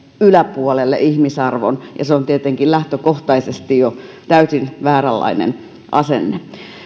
yläpuolelle ihmisarvon se on tietenkin lähtökohtaisesti jo täysin vääränlainen asenne